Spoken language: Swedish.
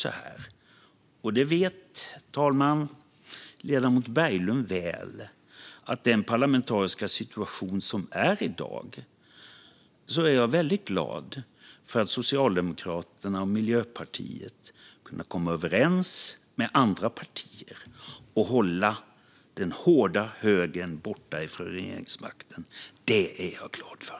Sedan är det så, som ledamoten Berglund mycket väl vet, att i den parlamentariska situation vi har i dag är jag väldigt glad för att Socialdemokraterna och Miljöpartiet har kunnat komma överens med andra partier och hålla den hårda högern borta från regeringsmakten. Det är jag glad för.